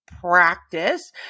practice